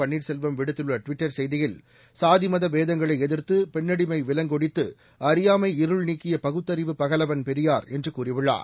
பன்னீர்செல்வம் விடுத்துள்ள ட்விட்டர் செய்தியில் சாதி மத பேதங்களை எதிர்த்து பெண்ணடிமை விலங்கொடித்து அறியாமை இருள்நீக்கிய பகுத்தறிவுப் பகலவன் பெரியார் என்று கூறியுள்ளார்